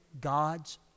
God's